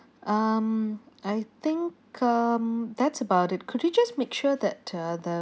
um I think um that's about it could you just make sure that uh the